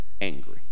angry